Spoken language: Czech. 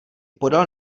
podal